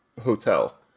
hotel